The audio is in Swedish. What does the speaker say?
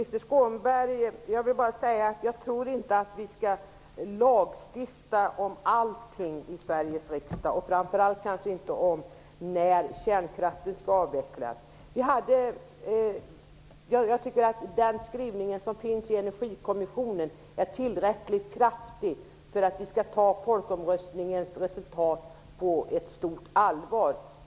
Herr talman! Jag tror inte att vi skall lagstifta om allt i Sveriges riksdag, Krister Skånberg, och kanske framför allt inte om när kärnkraften skall avvecklas. Jag tycker att den skrivning som finns i Energikommissionen är tillräckligt kraftig för att visa att vi tar resultatet av folkomröstningen på stort allvar.